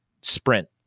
sprint